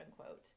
unquote